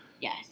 Yes